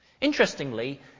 Interestingly